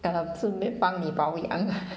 顺便帮你保养